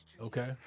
okay